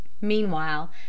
meanwhile